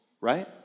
right